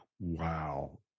wow